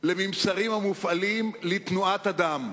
לממסרים המופעלים על-ידי תנועת אדם.